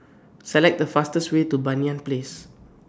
Select The fastest Way to Banyan Place